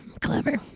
clever